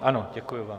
Ano, děkuji vám.